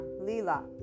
Lila